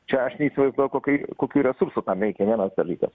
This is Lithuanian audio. čia aš neįsivaizduoju kokai kokių resursų tam reikia vienas dalykas